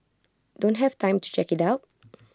don't have the time to check IT out